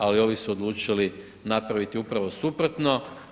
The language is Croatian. Ali ovi su odlučili napraviti upravo suprotno.